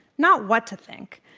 not what to think.